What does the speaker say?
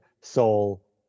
soul